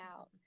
out